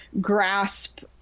grasp